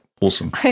awesome